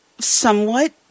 Somewhat